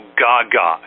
gaga